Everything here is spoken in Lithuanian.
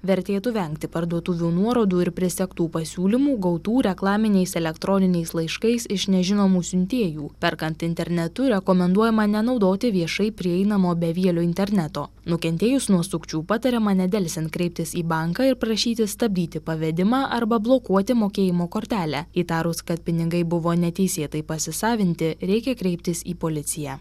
vertėtų vengti parduotuvių nuorodų ir prisegtų pasiūlymų gautų reklaminiais elektroniniais laiškais iš nežinomų siuntėjų perkant internetu rekomenduojama nenaudoti viešai prieinamo bevielio interneto nukentėjus nuo sukčių patariama nedelsiant kreiptis į banką ir prašytis stabdyti pavedimą arba blokuoti mokėjimo kortelę įtarus kad pinigai buvo neteisėtai pasisavinti reikia kreiptis į policiją